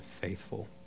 faithful